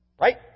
Right